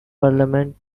parliament